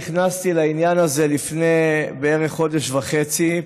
נכנסתי לעניין הזה לפני בערך חודש וחצי,